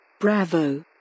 Bravo